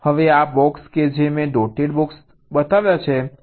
હવે આ બોક્સ કે જે મેં ડોટેડ બોક્સ બતાવ્યા છે આ IEEE 1149